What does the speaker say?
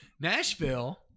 nashville